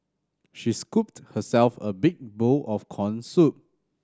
she scooped herself a big bowl of corn soup